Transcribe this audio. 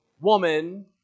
woman